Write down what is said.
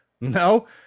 No